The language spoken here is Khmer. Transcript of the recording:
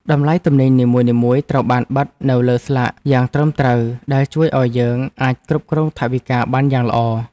តម្លៃទំនិញនីមួយៗត្រូវបានបិទនៅលើស្លាកយ៉ាងត្រឹមត្រូវដែលជួយឱ្យយើងអាចគ្រប់គ្រងថវិកាបានយ៉ាងល្អ។